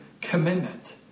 commitment